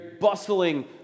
bustling